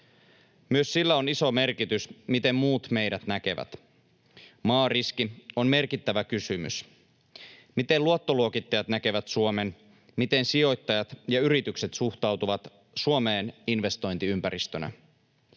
Myös sillä on iso merkitys, miten muut meidät näkevät. Maariski on merkittävä kysymys: miten luottoluokittajat näkevät Suomen, miten sijoittajat ja yritykset suhtautuvat Suomeen investointiympäristönä.